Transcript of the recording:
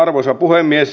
arvoisa puhemies